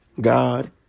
God